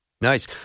Nice